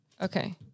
Okay